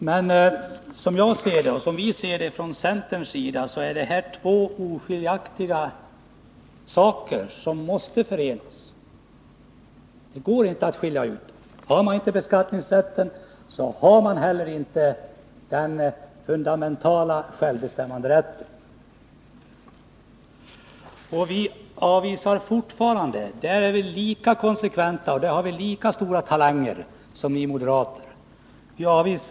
Men vi från centerns sida menar att självbestämmanderätten och beskattningsrätten är två oskiljaktiga saker, 37 som måste förenas. Det går inte att skilja ut den ena rättigheten. Om kommunerna inte har beskattningsrätten, har de inte heller den fundamentala självbestämmanderätten. Därför avvisar vi fortfarande en lagstiftning om kommunalt skattetak. Här är vi lika konsekventa och har lika stora talanger som ni moderater.